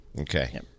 Okay